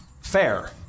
fair